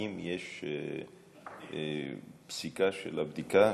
האם יש פסיקה של הבדיקה,